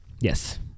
Yes